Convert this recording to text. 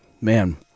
Man